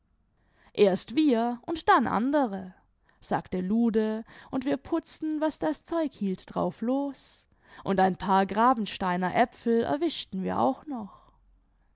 erst wir und dann andere sagte lude und wir putzten was das zeug hielt drauf los und ein paar gravensteiner äpfel erwischten wir auch noch